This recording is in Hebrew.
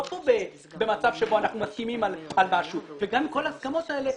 כאן במצב שבו אנחנו מסכימים על משהו וגם כל ההסכמות האלה,